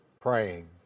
praying